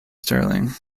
sterling